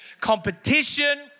Competition